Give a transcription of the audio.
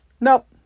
Nope